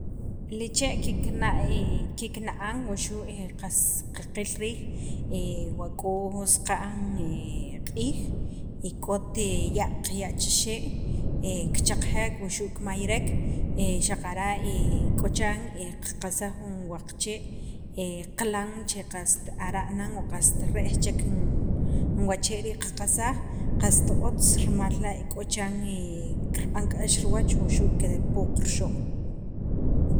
li chee' kikna' kina'an wuxu' qas qaqil riij wa k'o saqa'n q'iij e k'ot ya' qaya' chixee' kichaqjek wuxu' kimayrek xaqara' k'o chiran qaqasaj jun wa qachee' qalan che qast ara' nan o qast re'j chek jun jun wachee' rii' qaqasaj qast otz rimal la' k'o chiran kirb'an k'ax riwach wuxu' kipuq rixo'm